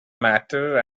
matter